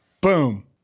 Boom